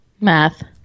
math